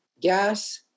gas